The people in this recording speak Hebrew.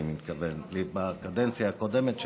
אני מתכוון לקדנציה הקודמת שלי,